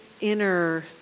inner